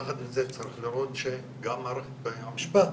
יחד עם זאת, צריך לראות שגם מערכת המשפט